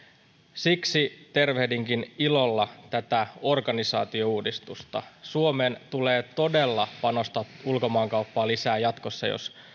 siksi tervehdinkin ilolla tätä organisaatiouudistusta suomen tulee todella panostaa ulkomaankauppaan lisää jatkossa jos